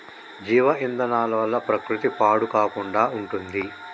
జీవ ఇంధనాల వల్ల ప్రకృతి పాడు కాకుండా ఉంటుంది